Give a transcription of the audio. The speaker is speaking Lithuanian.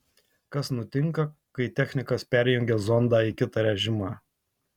kas nutinka kai technikas perjungia zondą į kitą režimą